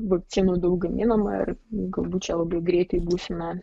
vakcinų daug gaminama ir galbūt čia labai greitai būsime